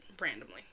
randomly